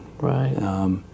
Right